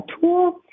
tool